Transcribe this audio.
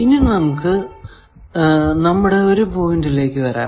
ഇനി നമുക്ക് നമ്മുടെ ഒരു പോയിന്റിലേക്കു വരാം